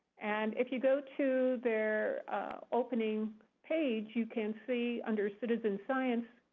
and if you go to their opening page, you can see, under citizen science,